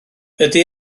ydy